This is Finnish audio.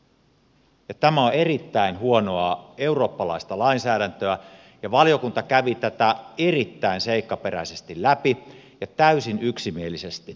tämä on erittäin huonoa eurooppalaista lainsäädäntöä ja valiokunta kävi tätä erittäin seikkaperäisesti läpi täysin yksimielisesti